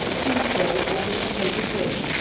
tuesday, august twenty fifth.